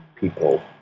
people